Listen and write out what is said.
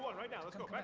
right now, let's go,